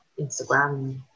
instagram